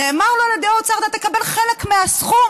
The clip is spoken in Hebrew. נאמר לו על ידי האוצר: אתה תקבל חלק מהסכום,